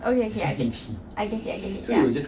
okay okay I get I get it I get it ya